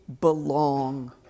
belong